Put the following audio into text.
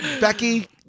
Becky